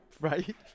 Right